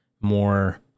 more